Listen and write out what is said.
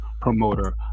promoter